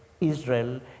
Israel